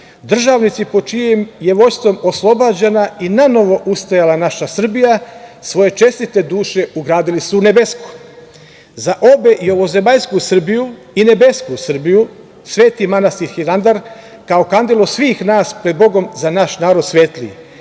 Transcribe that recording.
državnici pod čijem je vođstvom oslobađana i nanovo ustajala naša Srbija, svoje čestite duše ugradili su u nebesku. Za obe, i ovozemaljsku Srbiju i nebesku Srbiju, Sveti manastir Hilandar, kao kandilo svih nas pred Bogom za naš narod svetli,